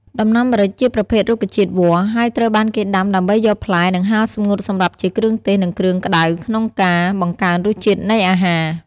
ដំណាំម្រេចជាប្រភេទរុក្ខជាតិវល្លិ ហើយត្រូវបានគេដាំដើម្បីយកផ្លែ និងហាលសម្ងួតសម្រាប់ជាគ្រឿងទេស និងគ្រឿងក្ដៅក្នុងការ បង្កើនរសជាតិនៃអាហារ។